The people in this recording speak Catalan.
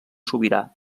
sobirà